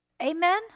Amen